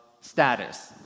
status